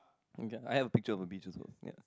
okay I have a picture of a beach also ya